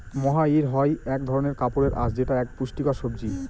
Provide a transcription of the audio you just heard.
মহাইর হয় এক ধরনের কাপড়ের আঁশ যেটা এক পুষ্টিকর সবজি